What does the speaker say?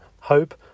Hope